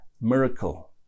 miracle